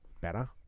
better